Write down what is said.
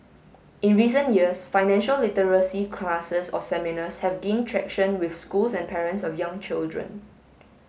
in recent years financial literacy classes or seminars have gained traction with schools and parents of young children